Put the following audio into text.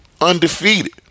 undefeated